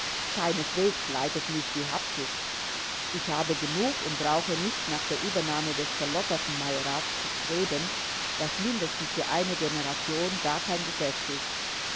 keineswegs leitet mich habsucht ich habe genug und brauche nicht nach der übernahme des verlotterten majorats zu streben das mindestens für eine generation gar kein geschäft ist